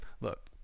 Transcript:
look